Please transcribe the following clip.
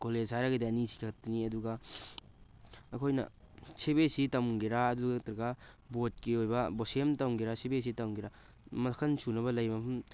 college ꯍꯥꯏꯔꯒꯗꯤ ꯑꯅꯤꯁꯤ ꯈꯛꯇꯅꯤ ꯑꯗꯨꯗꯨꯒ ꯑꯩꯈꯣꯏꯅ ꯁꯤ ꯕꯤ ꯑꯦꯁ ꯏ ꯇꯝꯒꯦꯔꯥ ꯑꯗꯨ ꯅꯠꯇ꯭ꯔꯒ ꯕꯣꯔꯗꯀꯤ ꯑꯣꯏꯕ ꯕꯣꯁꯦꯝ ꯇꯝꯒꯦꯔꯥ ꯁꯤ ꯕꯤ ꯑꯦꯁ ꯏ ꯇꯝꯒꯦꯔꯥ ꯃꯈꯜ ꯁꯨꯅꯕ ꯂꯩ ꯃꯐꯝ